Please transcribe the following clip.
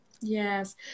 yes